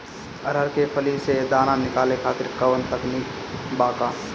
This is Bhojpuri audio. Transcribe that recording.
अरहर के फली से दाना निकाले खातिर कवन तकनीक बा का?